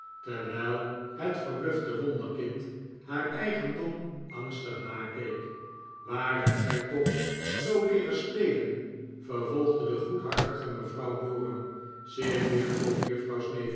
terwijl het verblufte wonderkind haar eigendom emgstig nakeek waar hebt gij toch zoo leeren spelen vervolgde de goedhartige mevrouw borum zich weer tot juffrouw